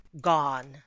gone